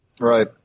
Right